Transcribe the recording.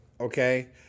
okay